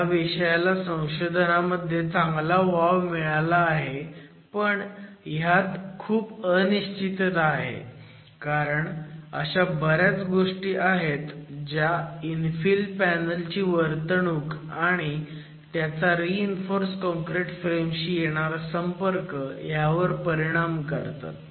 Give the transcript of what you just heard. ह्या विषयाला संशोधनामध्ये चांगला वाव मिळाला आहे पण ह्यात खूप अनिश्चितता आहे कारण अशा बऱ्याच गोष्टी आहेत ज्या इन्फिल पॅनल ची वर्तवणुक आणि त्याचा रीइन्फोर्स काँक्रिट फ्रेमशी येणारा संपर्क ह्यावर परिणाम करतात